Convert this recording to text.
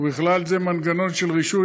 ובכלל זה מנגנון של רישוי,